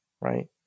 right